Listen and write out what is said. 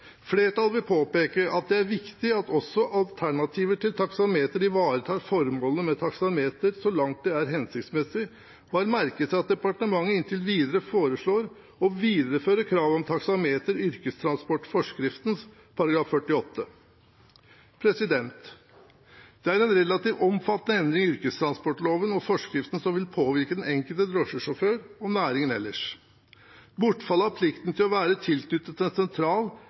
Flertallet vil påpeke at det er viktig at også alternativer til taksameter ivaretar formålene med taksameter så langt det er hensiktsmessig, og har merket seg at departementet inntil videre foreslår å videreføre kravet om taksameter i yrkestransportforskriften til § 48. Det er en relativt omfattende endring av yrkestransportloven og forskriften, noe som vil påvirke den enkelte drosjesjåfør og næringen for øvrig. Bortfall av plikten til å være tilknyttet en sentral